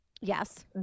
yes